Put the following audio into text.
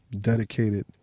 dedicated